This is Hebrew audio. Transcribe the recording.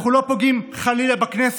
אנחנו לא פוגעים בכנסת,